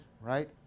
right